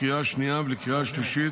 לקריאה השנייה ולקריאה השלישית.